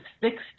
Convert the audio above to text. fixed